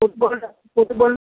football football